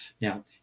Now